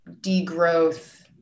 degrowth